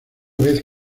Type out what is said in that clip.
vez